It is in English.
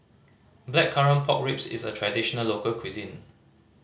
Blackcurrant Pork Ribs is a traditional local cuisine